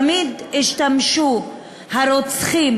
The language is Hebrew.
תמיד השתמשו הרוצחים,